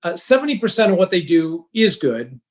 ah seventy percent of what they do is good.